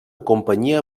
companyia